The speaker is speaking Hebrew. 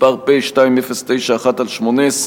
פ/2091/18,